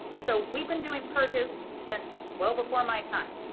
so we've been doing purges since well before my time.